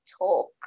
Talk